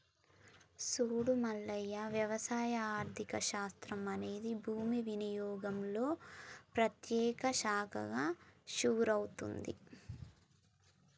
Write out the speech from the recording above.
సూడు మల్లయ్య వ్యవసాయ ఆర్థిక శాస్త్రం అనేది భూమి వినియోగంలో ప్రత్యేక శాఖగా షురూ అయింది